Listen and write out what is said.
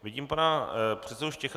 Vidím pana předsedu Štěcha.